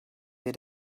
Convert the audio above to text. wir